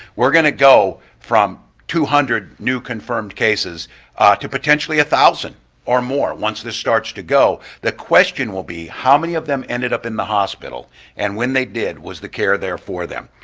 we're going to go from two hundred new confirmed cases ah to potentially a thousand or more once this starts to go. the question will be how many of them ended up in the hospital and when they did, was the care there for them.